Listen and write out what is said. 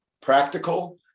practical